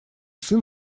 сын